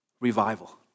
revival